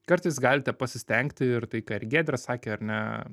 kartais galite pasistengti ir tai ką ir giedrė sakė ar ne